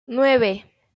nueve